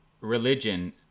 religion